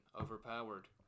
overpowered